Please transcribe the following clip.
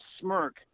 smirk